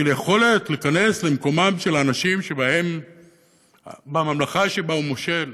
של יכולת להיכנס למקומם של האנשים בממלכה שבה הוא מושל,